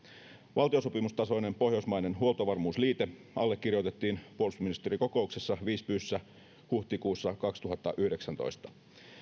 valtiosopimustasoinen pohjoismainen huoltovarmuusliite allekirjoitettiin puolustusministerikokouksessa visbyssä huhtikuussa kaksituhattayhdeksäntoista